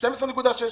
12.6,